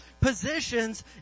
positions